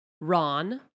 Ron